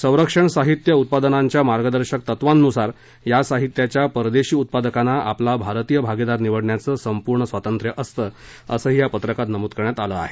संरक्षण साहित्य उत्पादनाच्या मार्गदर्शक तत्वांनुसार या साहित्याच्या परदेशी उत्पादकांना आपला भारतीय भागीदार निवडण्याचं संपूर्ण स्वातंत्र्य असतं असंही या पत्रकात नमूद करण्यात आलं आहे